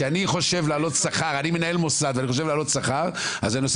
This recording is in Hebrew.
אם אני מנהל מוסד כשאני חושב להעלות שכר אני עושה